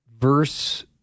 verse